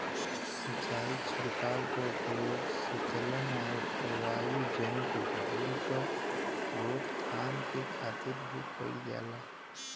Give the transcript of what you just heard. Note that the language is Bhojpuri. सिंचाई छिड़काव क उपयोग सीतलन आउर वायुजनित धूल क रोकथाम के खातिर भी कइल जाला